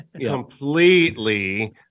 completely